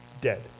dead